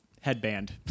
headband